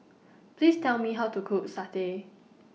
Please Tell Me How to Cook Satay